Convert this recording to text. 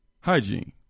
Hygiene